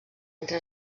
entre